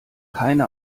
keine